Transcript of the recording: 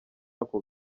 ako